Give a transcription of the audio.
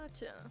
Gotcha